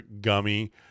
gummy